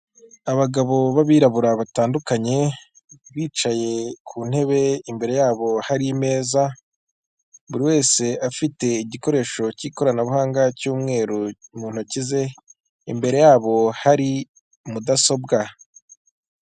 Abagabo b'abirabura batandukanye bicaye ku ntebe imbere yabo hari imeza, buri wese afite igikoresho cy'ikoranabuhanga cy'umweru mu ntoki ze, imbere yabo hari mudasobwa.